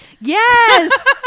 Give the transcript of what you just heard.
Yes